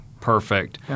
Perfect